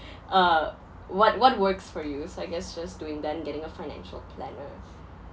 uh what what works for you so I guess just doing then getting a financial planner